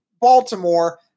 Baltimore